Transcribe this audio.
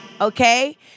Okay